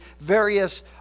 various